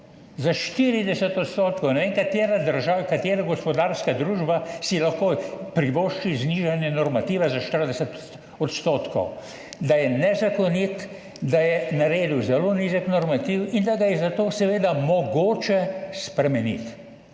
za 40 odstotkov, ne vem, katera država, katera gospodarska družba si lahko privošči znižanje normativa za 40 odstotkov, da je nezakonit, da je naredil zelo nizek normativ in da ga je zato seveda mogoče spremeniti,